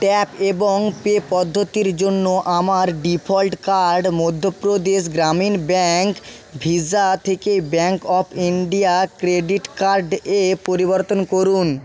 tap এবং pay পদ্ধতির জন্য আমার default card Madhya Pradesh Gramin bank visa থেকে bank of India credit card এ পরিবর্তন করুন